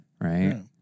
Right